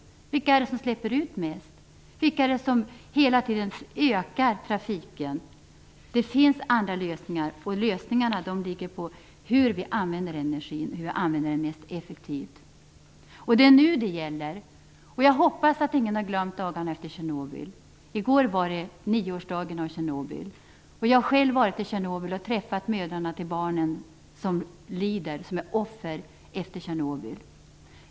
Men vilka är det som släpper ut mest? Vilka är det som hela tiden ökar trafiken? Det finns andra lösningar, och lösningarna ligger i hur vi använder energin mest effektivt. Det är nu det gäller. Jag hoppas att ingen har glömt dagarna efter Tjernobyl. I går var det nioårsdagen av Tjernobyl. Jag har själv varit där och träffat mödrarna till barnen som lider och är offer efter Tjernobylkatastrofen.